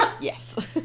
yes